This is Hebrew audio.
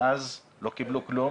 מאז הם לא קיבלו כלום.